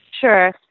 sure